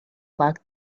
back